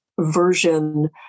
version